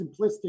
simplistic